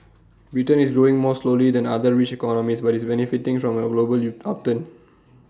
Britain is growing more slowly than other rich economies but is benefiting from A global upturn